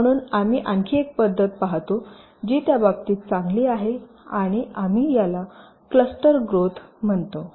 म्हणून आम्ही आणखी एक पद्धत पाहतो जी त्या बाबतीत चांगली आहे आणि आम्ही याला क्लस्टर ग्रोथ म्हणतो